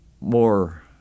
more